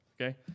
okay